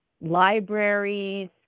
libraries